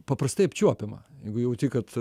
paprastai apčiuopiama jeigu jauti kad